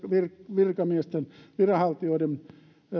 viranhaltijoiden